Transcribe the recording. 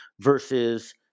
versus